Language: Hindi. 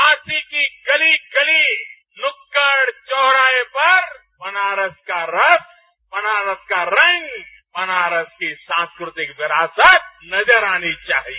काशी की गली गली नुक्कड़ चौराहे पर बनारस का रस बनारस का रंग बनारस की सांस्कृतिक विरासत नजर आनी चाहिए